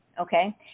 Okay